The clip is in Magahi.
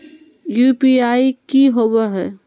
यू.पी.आई की होवे है?